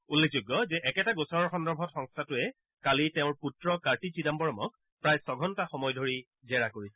উল্লেখযোগ্য যে একেটা গোচৰ সন্দৰ্ভত সংস্থাটোৱে কালি তেওঁ পুত্ৰ কাৰ্তি চিদাম্বৰমক প্ৰায় ছঘণ্টা সময় ধৰি জেৰা কৰিছিল